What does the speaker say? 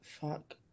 fuck